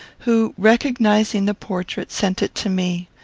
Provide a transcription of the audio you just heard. who, recognising the portrait, sent it to me.